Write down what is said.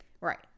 Right